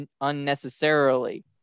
unnecessarily